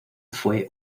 fue